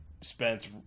Spence